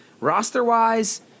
roster-wise